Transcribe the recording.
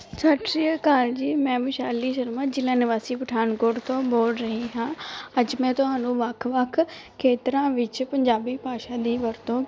ਸਤਿ ਸ਼੍ਰੀ ਅਕਾਲ ਜੀ ਮੈਂ ਵਿਸ਼ਾਲੀ ਸ਼ਰਮਾ ਜ਼ਿਲ੍ਹਾ ਨਿਵਾਸੀ ਪਠਾਨਕੋਟ ਤੋਂ ਬੋਲ ਰਹੀ ਹਾਂ ਅੱਜ ਮੈਂ ਤੁਹਾਨੂੰ ਵੱਖ ਵੱਖ ਖੇਤਰਾਂ ਵਿੱਚ ਪੰਜਾਬੀ ਭਾਸ਼ਾ ਦੀ ਵਰਤੋਂ